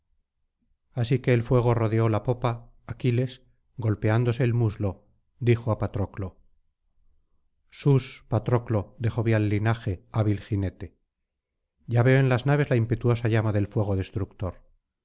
así que el fuego rodeó la popa aquiles golpeándose el muslo dijo á patroclo sus patroclo de jovial linaje hábil jinete ya veo en las naves la impetuosa llama del fuego destructor